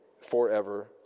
forever